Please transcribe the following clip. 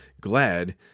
glad